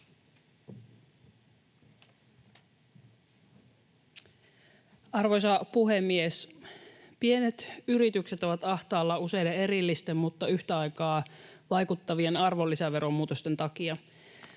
Arvoisa puhemies! Pienet yritykset ovat ahtaalla useiden erillisten mutta yhtä aikaa vaikuttavien arvonlisäveromuutosten takia.